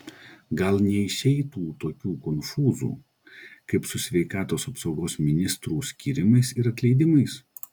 gal neišeitų tokių konfūzų kaip su sveikatos apsaugos ministrų skyrimais ir atleidimais